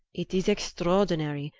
it is extraordinary,